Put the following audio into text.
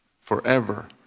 forever